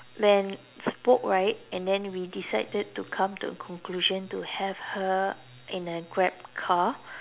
then spoke right and then we decided to come to a conclusion to have her in a Grab car